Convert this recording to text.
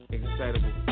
Excitable